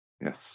Yes